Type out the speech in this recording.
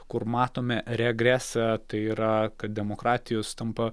kur matome regresą tai yra kad demokratijos tampa